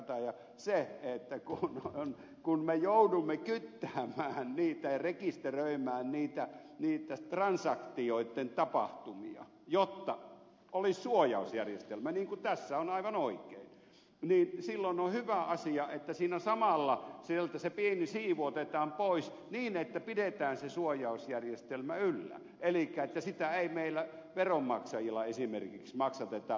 kataja se että kun me joudumme kyttäämään niitä ja rekisteröimään niitä transaktioitten tapahtumia jotta olisi suojausjärjestelmä niin kuin tässä on aivan oikein niin silloin on hyvä asia että siinä samalla sieltä se pieni siivu otetaan pois niin että pidetään se suojausjärjestelmä yllä elikkä sitä ei meillä veronmaksajilla esimerkiksi maksateta pankkikonkurssien yhteydessä